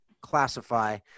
classify